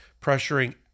pressuring